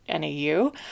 NAU